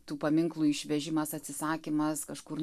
tų paminklų išvežimas atsisakymas kažkur